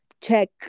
check